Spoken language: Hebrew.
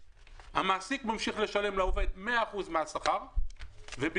המעסיק ממשיך לשלם לעובד 100% מן השכר ואילו